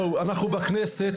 אנחנו בכנסת,